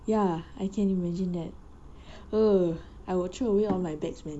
ya I can imagine that err I will throw away all my bags man